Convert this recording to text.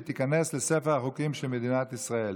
וייכנס לספר החוקים של מדינת ישראל.